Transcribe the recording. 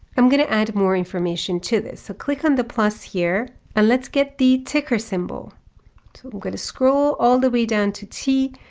i'm going to add more information to this. so click on the plus here and let's get the ticker symbol. so i'm going to scroll all the way down to t,